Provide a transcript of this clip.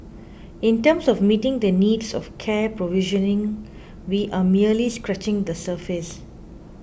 in terms of meeting the needs of care provisioning we are merely scratching the surface